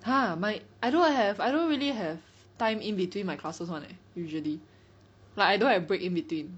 !huh! my I don't have I don't really have time in between my classes one leh usually like I don't have break in between